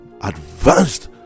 advanced